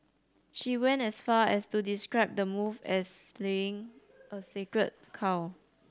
she went as far as to describe the move as slaying of a sacred cow